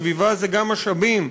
סביבה זה גם משאבים,